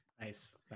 nice